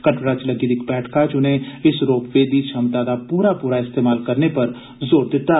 कटड़ा च लग्गी दी इक बैठका च उनें इस रोपवे दी छमता दा पूरा पूरा इस्तेमाल करने पर जोर दित्ता